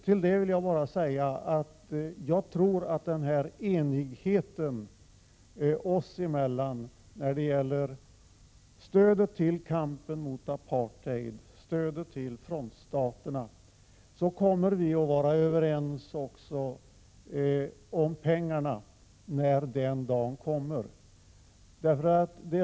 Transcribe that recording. Till detta vill jag bara tillägga att jag tror att denna enighet oss emellan, när det gäller stödet till kampen mot apartheid och stödet till frontstaterna, kommer att bestå också i fråga om resurserna när den dagen kommer.